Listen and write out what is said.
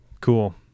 Cool